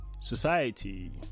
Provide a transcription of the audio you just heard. society